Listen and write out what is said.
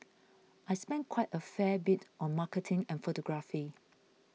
I spend quite a fair bit on marketing and photography